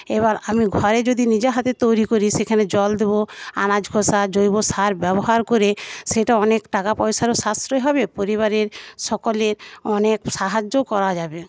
এবার আমি ঘরে যদি নিজে হাতে তৈরি করি সেখানে জল দেব আনাজ খোসা জৈব সার ব্যবহার করে সেটা অনেক টাকা পয়সারও সাশ্রয় হবে পরিবারের সকলে অনেক সাহায্যও করা যাবে